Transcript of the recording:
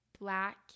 black